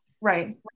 Right